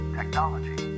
technology